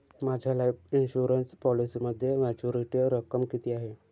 माझ्या life insurance पॉलिसीमध्ये maturity रक्कम किती आहे?